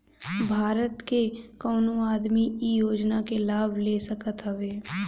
भारत के कवनो आदमी इ योजना के लाभ ले सकत हवे